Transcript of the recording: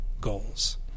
goals